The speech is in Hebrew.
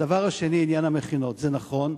הדבר השני, לעניין המכינות, זה נכון,